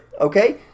okay